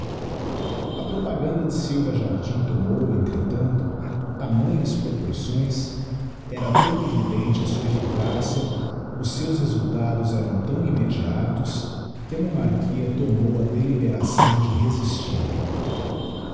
a propaganda de silva jardim tomou entretanto tamanhas proporções era tão evidente a sua eflscadigiti zedby google cia os seus resultados eram tão immediatos que a monarchia tomou a deliberação de resistir